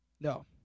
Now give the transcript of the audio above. No